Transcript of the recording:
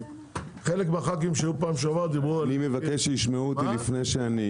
חלק מהח"כים שהיו פעם שעברה דיברו על -- אני מבקש שישמעו אותי לפני,